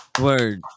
Word